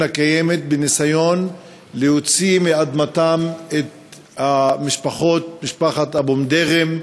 הקיימת בניסיון להוציא מאדמתם את משפחת אבו מדירם,